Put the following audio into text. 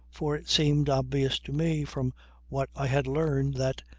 for it seemed obvious to me from what i had learned that,